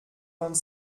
vingt